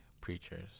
preachers